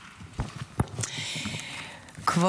בעיה.